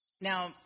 Now